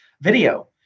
video